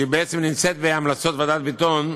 שבעצם נמצאת בהמלצות ועדת ביטון,